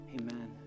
amen